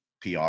PR